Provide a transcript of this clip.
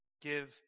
give